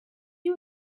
you